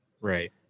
Right